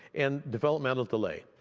and developmental delay.